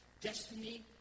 destiny